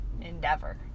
endeavor